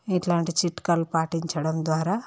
ఇట్లాంటి చిట్కాలు పాటించడం ద్వారా